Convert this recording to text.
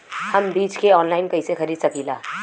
हम बीज के आनलाइन कइसे खरीद सकीला?